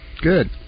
Good